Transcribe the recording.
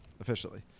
officially